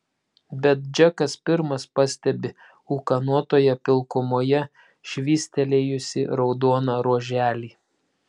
bet džekas pirmas pastebi ūkanotoje pilkumoje švystelėjusį raudoną ruoželį